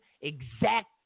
exact